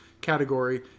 category